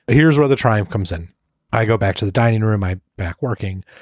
here's where the trial comes in i go back to the dining room, my back working.